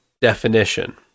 definition